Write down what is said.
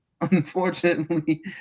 Unfortunately